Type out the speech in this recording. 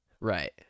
Right